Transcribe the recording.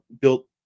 built